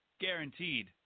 Guaranteed